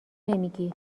نمیگی